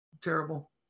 Terrible